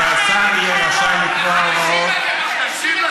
כי השר יהיה רשאי לקבוע הוראות, תקשיב לחבר'ה.